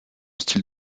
style